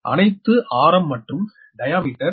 அணைத்து ஆரம் மற்றும் டாயாமீட்டர் 0